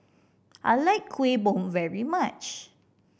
I like Kueh Bom very much